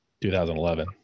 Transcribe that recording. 2011